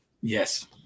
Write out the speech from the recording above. Yes